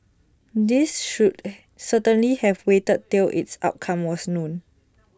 these should certainly have waited till its outcome was known